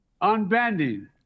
unbending